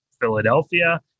Philadelphia